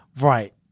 right